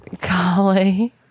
Golly